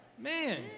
Man